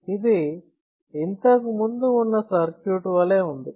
ఇది ఇంతకు ముందు ఉన్న సర్క్యూట్ వలె ఉంది